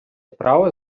право